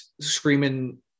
screaming